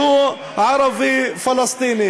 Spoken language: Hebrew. כל ילד שנולד בעוטף-עזה תרגל כניסת מחבלים דרך מנהרות.